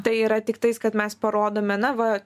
tai yra tiktais kad mes parodome na va